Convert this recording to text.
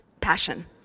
passion